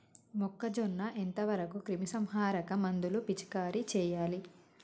మొక్కజొన్న ఎంత వరకు క్రిమిసంహారక మందులు పిచికారీ చేయాలి?